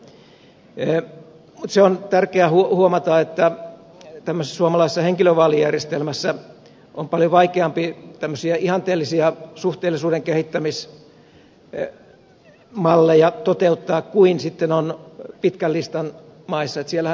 mutta se on tärkeä huomata että tämmöisessä suomalaisessa henkilövaalijärjestelmässä on paljon vaikeampi tämmöisiä ihanteellisia suhteellisuuden kehittämismalleja toteuttaa kuin sitten pitkän listan maissa